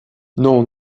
non